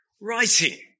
writing